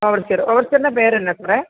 overseer ഓവർസിയറിൻ്റെ പേരെന്നാണ് സാറേ